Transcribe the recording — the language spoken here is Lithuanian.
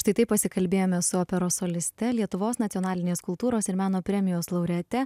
štai taip pasikalbėjome su operos soliste lietuvos nacionalinės kultūros ir meno premijos laureate